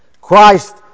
Christ